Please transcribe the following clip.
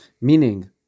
meaning